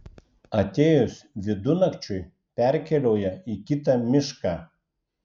atėjus vidunakčiui perkeliauja į kitą mišką